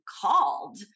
called